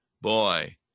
boy